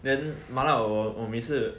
then 麻辣我我每次